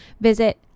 Visit